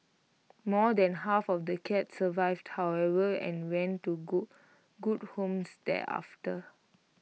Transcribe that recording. more than half of the cats survived however and went to good good homes thereafter